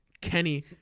Kenny